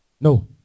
No